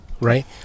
right